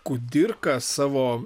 kudirka savo